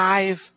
Five